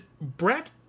Brett